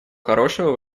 хорошего